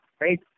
right